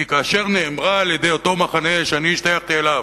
כי כאשר נאמר על-ידי אותו מחנה שאני השתייכתי אליו,